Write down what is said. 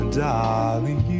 darling